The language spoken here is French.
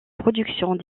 productions